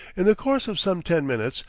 in the course of some ten minutes,